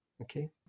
okay